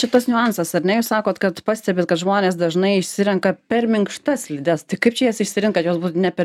čia tas niuansas ar ne jūs sakot kad pastebit kad žmonės dažnai išsirenka per minkštas slides tai kaip čia jas išsirinkt kad jos būtų ne per